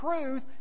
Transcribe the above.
truth